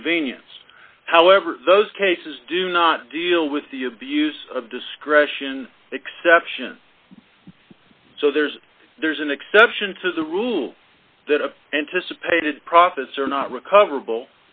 convenience however those cases do not deal with the abuse of discretion exception so there's there's an exception to the rule that a anticipated profits are not recover